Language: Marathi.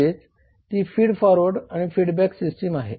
म्हणजे ती फीड फॉरवर्ड आणि फीडबॅक सिस्टीम आहे